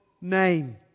name